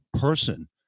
person